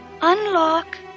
unlock